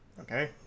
Okay